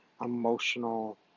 emotional